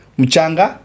mchanga